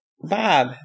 Bob